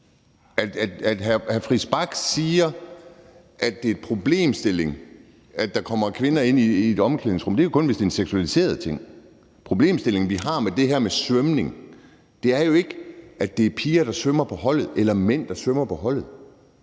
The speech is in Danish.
Friis Bach siger, at det er en problemstilling, at der kommer kvinder ind i et omklædningsrum. Det er det jo kun, hvis det er en seksualiseret ting. Problemstillingen, vi har med det her med svømning, er jo ikke, at det er piger, der svømmer på holdet, eller mænd, der svømmer på holdet.